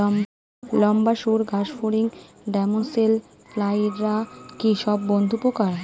লম্বা সুড় ঘাসফড়িং ড্যামসেল ফ্লাইরা কি সব বন্ধুর পোকা?